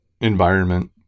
environment